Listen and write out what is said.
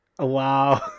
Wow